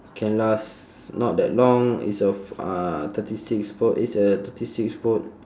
can last not that long it's a f~ uh thirty six volt it's a thirty six volt